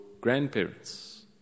grandparents